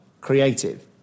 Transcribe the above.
creative